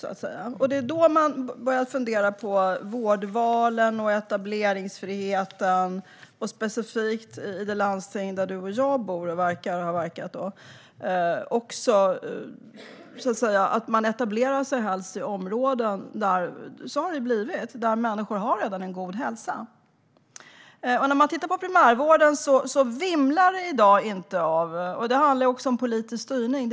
Då börjar jag fundera på hur vårdvalen och etableringsfriheten har fungerat i det landsting där Barbro Westerholm och jag bor och verkar. Man etablerar sig helst i områden där människor redan har god hälsa. Dessa frågor handlar om politisk styrning.